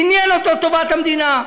עניינה אותו טובת המדינה,